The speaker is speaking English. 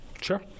Sure